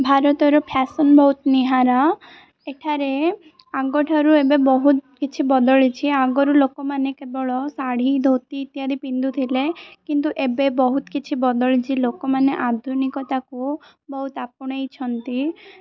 ଭାରତର ଫ୍ୟାସନ୍ ବହୁତ ନିଆରା ଏଠାରେ ଆଗଠାରୁ ଏବେ ବହୁତ କିଛି ବଦଳିଛି ଆଗରୁ ଲୋକମାନେ କେବଳ ଶାଢ଼ୀ ଧୋତି ଇତ୍ୟାଦି ପିନ୍ଧୁଥିଲେ କିନ୍ତୁ ଏବେ ବହୁତ କିଛି ବଦଳିଛି ଲୋକମାନେ ଆଧୁନିକତାକୁ ବହୁତ ଆପଣେଇଛନ୍ତି